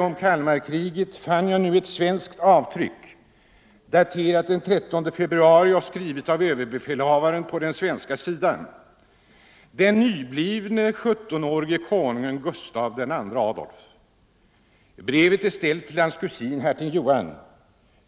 om Kalmarkriget fann jag nu ett svenskt avtryck daterat den 13 februari och skrivet av överbefälhavaren på den svenska sidan, den nyblivne, 17-åriga konungen Gustav II Adolf. Brevet är ställt till hans kusin hertig Johan.